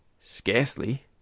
Scarcely